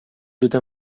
دود